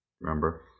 Remember